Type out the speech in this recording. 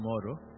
tomorrow